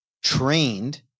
trained